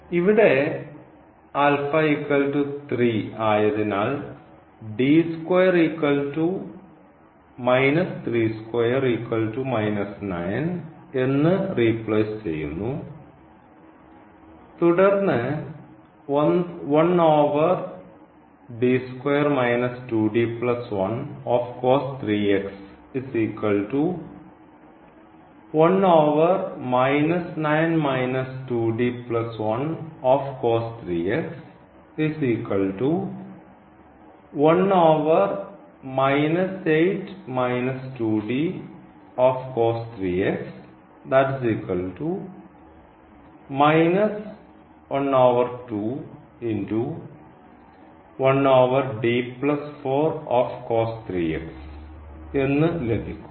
ഇവിടെ ആയതിനാൽ എന്ന് റീപ്ലേസ് ചെയ്യുന്നു തുടർന്ന് എന്ന് ലഭിക്കുന്നു